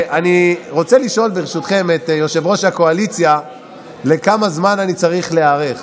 אני רוצה לשאול את יושב-ראש הקואליציה לכמה זמן אני צריך להיערך.